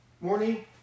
morning